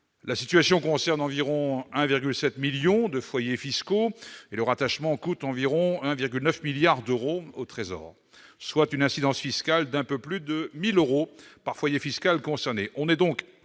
La situation concerne environ 1,7 million de foyers fiscaux et le rattachement coûte 1,9 milliard d'euros au Trésor public, soit une incidence fiscale d'un peu plus de 1 000 euros par foyer fiscal concerné. On est donc